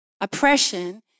oppression